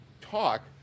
talk